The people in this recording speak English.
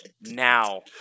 now